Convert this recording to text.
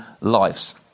lives